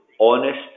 honest